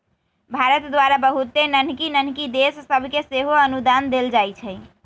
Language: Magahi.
भारत द्वारा बहुते नन्हकि नन्हकि देश सभके सेहो अनुदान देल जाइ छइ